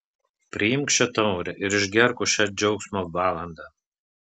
priimk šią taurę ir išgerk už šią džiaugsmo valandą